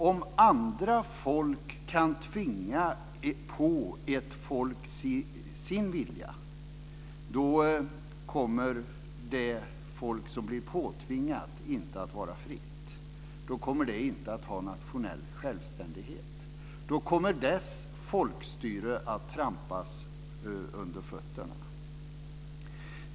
Om ett folk kan tvinga på ett annat folk sin vilja kommer det folk som blir påtvingat något inte att vara fritt. Då kommer det inte att ha nationell självständighet. Då kommer dess folkstyre att trampas under fötterna.